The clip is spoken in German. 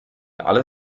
alle